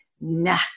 nah